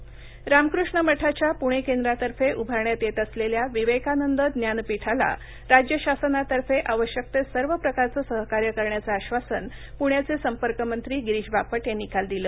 मठ रामकृष्ण मठाच्या पुणे केंद्रातर्फे उभारण्यात येत असलेल्या विवेकानंद ज्ञान पीठाला राज्य शासनातर्फे आवश्यक ते सर्व प्रकारचे सहकार्य करण्याचं आश्वासन पृण्याचे संपर्कमंत्री गिरीश बापट यांनी काल दिलं